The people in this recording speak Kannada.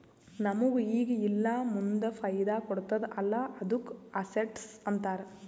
ನಮುಗ್ ಈಗ ಇಲ್ಲಾ ಮುಂದ್ ಫೈದಾ ಕೊಡ್ತುದ್ ಅಲ್ಲಾ ಅದ್ದುಕ ಅಸೆಟ್ಸ್ ಅಂತಾರ್